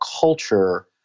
culture